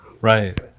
Right